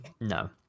No